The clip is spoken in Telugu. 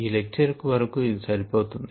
ఈ లెక్చర్ వరకు ఇది సరిపోతుంది